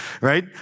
right